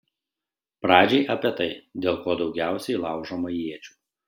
pradžiai apie tai dėl ko daugiausiai laužoma iečių